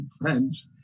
French